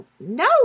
no